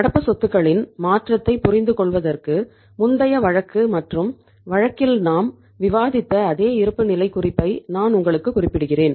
நடப்பு சொத்துக்களின் மாற்றத்தைப் புரிந்துகொள்வதற்கு முந்தைய வழக்கு மற்றும் வழக்கில் நாம் விவாதித்த அதே இருப்புநிலைக் குறிப்பை நான் உங்களுக்குக் குறிப்பிடுகிறேன்